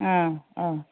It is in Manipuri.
ꯑꯥ ꯑꯥ